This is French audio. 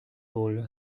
all